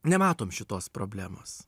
nematom šitos problemos